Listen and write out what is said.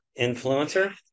influencer